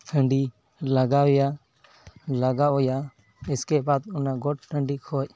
ᱦᱟᱺᱰᱤ ᱞᱟᱜᱟᱣᱮᱭᱟ ᱞᱟᱜᱟᱣᱮᱭᱟ ᱤᱥᱠᱮᱵᱟᱫ ᱚᱱᱟ ᱜᱚᱴ ᱴᱟᱺᱰᱤ ᱠᱷᱚᱡ